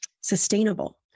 sustainable